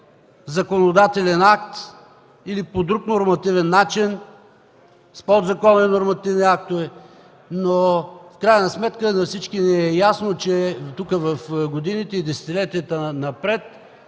законодателен акт или по друг нормативен начин с подзаконови нормативни актове, но в крайна сметка на всички ни е ясно, че в годините и десетилетията напред